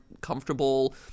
comfortable